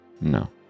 No